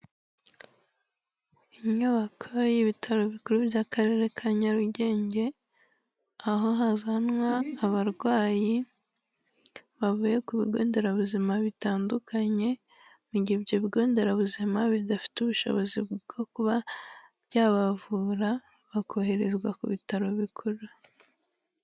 Inyubako y'ibitaro bikuru by'Akarere ka Nyarugenge, aho hazanwa abarwayi bavuye ku bigo nderabuzima bitandukanye, mu gihe ibyo bigo nderabuzima bidafite ubushobozi bwo kuba byabavura bakoherezwa ku bitaro bikuru.